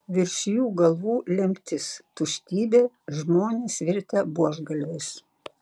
virš jų galvų lemtis tuštybė žmonės virtę buožgalviais